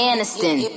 Aniston